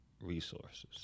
resources